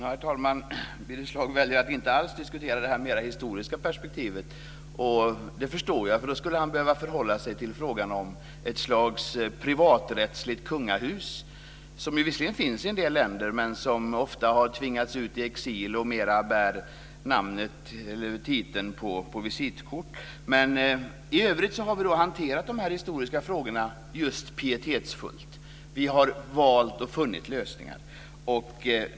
Herr talman! Birger Schlaug väljer att inte alls diskutera det mera historiska perspektivet. Det förstår jag, för då skulle han behöva förhålla sig till frågan om ett slags privaträttsligt kungahus, som visserligen finns i en del länder men som ofta har tvingats ut i exil och mera bär titeln på visitkort. I övrigt har vi hanterat de historiska frågorna pietetsfullt. Vi har valt och funnit lösningar.